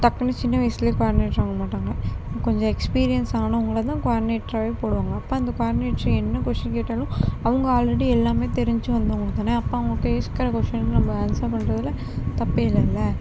டக்குனு சின்ன வயதில் குவாடினேட்டர் ஆக மாட்டாங்க கொஞ்சம் எக்ஸ்பீரியன்ஸ் ஆனவங்களதான் குவாடினேட்டராகவே போடுவாங்க அப்போ அந்த குவாடினேட்டர் என்ன கொஸ்டின் கேட்டாலும் அவங்க ஆல்ரெடி எல்லாமே தெரிஞ்சும் வந்தவங்கள்தானே அப்போது அவங்க கேட்கற கொஸ்டினுக்கு நம்ம ஆன்சர் பண்ணுறதுல தப்பே இல்லைல்ல